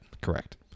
Correct